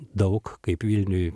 daug kaip vilniuj